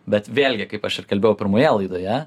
bet vėlgi kaip aš ir kalbėjau pirmoje laidoje